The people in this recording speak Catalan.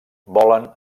volen